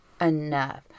enough